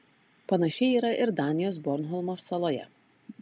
panašiai yra ir danijos bornholmo saloje